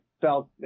felt